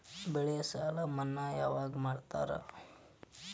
ಬೆಳೆ ಸಾಲ ಮನ್ನಾ ಯಾವಾಗ್ ಮಾಡ್ತಾರಾ?